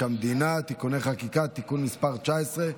המדינה (תיקוני חקיקה) (תיקון מס' 19),